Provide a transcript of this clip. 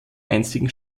einstigen